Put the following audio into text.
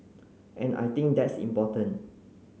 and I think that's important